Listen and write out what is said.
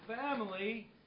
family